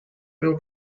will